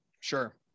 Sure